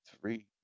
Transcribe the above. three